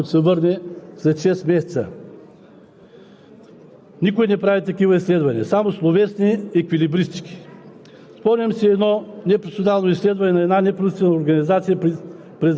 но в момента не знаем също и дали работодателските организации са готови да освободят някого, за да отиде да служи и да му пазят мястото, докато се върне след шест месеца.